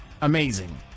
Amazing